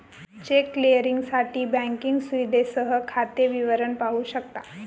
check क्लिअरिंगसाठी banking सुविधेसह खाते विवरण पाहू शकता